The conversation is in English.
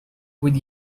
with